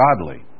godly